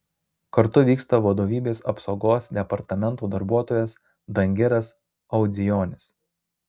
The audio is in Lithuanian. kartu vyksta vadovybės apsaugos departamento darbuotojas dangiras audzijonis